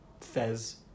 Fez